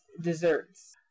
desserts